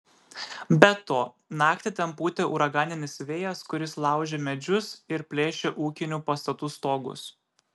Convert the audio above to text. be to naktį ten pūtė uraganinis vėjas kuris laužė medžius ir plėšė ūkinių pastatų stogus